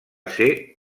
ser